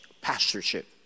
pastorship